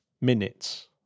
minutes